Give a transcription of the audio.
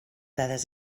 dades